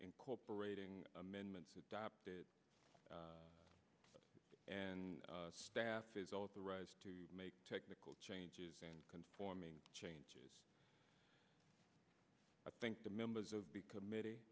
incorporating amendments adopted and staff is authorized to make technical changes conforming changes i think the members of be committee